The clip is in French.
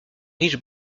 riche